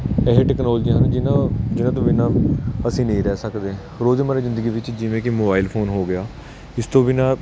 ਇਹ ਟੈਕਲੋਲਜੀਆਂ ਹਨ ਜਿਹਨਾਂ ਜਿਹਨਾਂ ਤੋਂ ਬਿਨਾਂ ਅਸੀਂ ਨਹੀਂ ਰਹਿ ਸਕਦੇ ਰੋਜ਼ਮਰਾ ਦੀ ਜ਼ਿੰਦਗੀ ਵਿੱਚ ਜਿਵੇਂ ਕਿ ਮੋਬਾਈਲ ਫੋਨ ਹੋ ਗਿਆ ਇਸ ਤੋਂ ਬਿਨਾਂ